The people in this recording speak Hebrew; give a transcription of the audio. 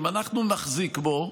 אם אנחנו נחזיק בו,